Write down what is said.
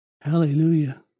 Hallelujah